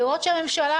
לראות שהממשלה,